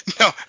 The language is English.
No